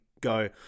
go